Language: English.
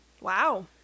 Wow